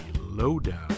Lowdown